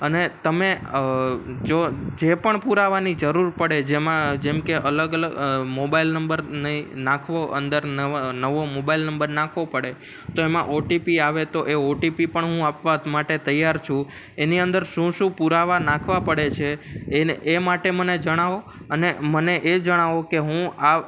અને તમે જો જે પણ પુરાવાની જરૂર પડે જેમાં જેમકે અલગ અલગ મોબાઈલ નંબરને નાખવો અંદર નવા નવો મોબાઈલ નંબર નાખવો પડે તો એમાં ઓટીપી આવે તો એ ઓટીપી પણ હું આપવા માટે તૈયાર છું એની અંદર શું શું પુરાવા નાખવા પડે છે એને એ માટે મને જણાવો અને મને એ જણાવો કે હું આ